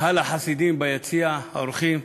קהל החסידים ביציע, האורחים,